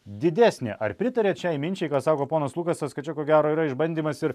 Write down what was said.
didesnė ar pritariat šiai minčiai ką sako ponas lukasas kad čia ko gero yra išbandymas ir